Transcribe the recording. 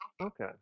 Okay